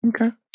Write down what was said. okay